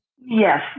Yes